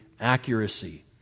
accuracy